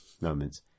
moments